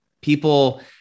People